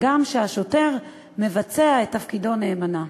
הגם שהשוטר מבצע את תפקידו נאמנה.